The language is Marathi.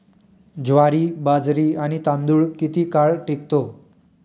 ज्वारी, बाजरी आणि तांदूळ किती काळ टिकतो?